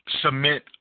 submit